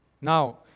Now